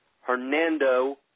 Hernando